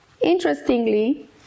interestingly